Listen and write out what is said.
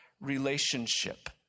relationship